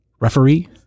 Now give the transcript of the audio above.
referee